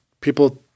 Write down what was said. People